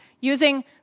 using